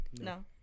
No